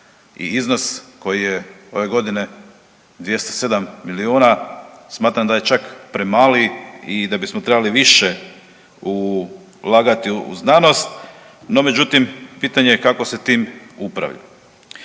i iznos koji je ove godine 207 milijuna smatram da je čak premali i da bismo trebali više ulagati u znanost, no međutim pitanje je kako se tim upravlja.